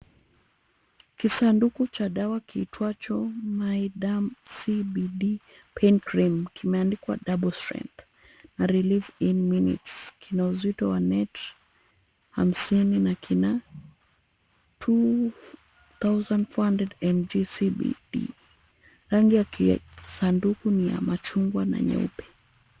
Kisanduku cha dawa kiitwacho Myaderm CBD pain cream kimeandikwa double strength na relief in minutes kina uzito wa net hamsini na kina 2400mg CBD. Rangi ya kisanduku ni ya machungwa na nyeupe.